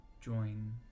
join